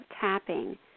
tapping